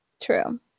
True